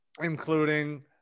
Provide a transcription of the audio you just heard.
including